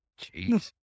Jeez